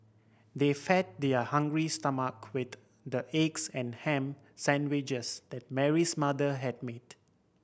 they fed their hungry stomach with the eggs and ham sandwiches Mary's mother had made